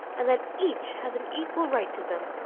and that each has an equal right to them.